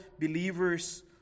believers